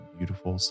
beautiful